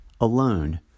alone